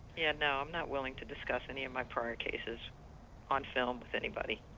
and no, i'm not willing to discuss any of my prior cases on film with anybody.